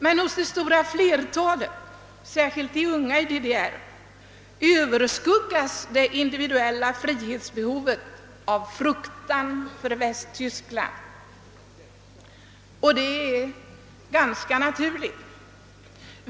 Men hos det stora flertalet — särskilt hos de unga i DDR — överskuggas det individuella frihetsbehovet av fruktan för Västtyskland. Det är också ganska naturligt.